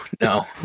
no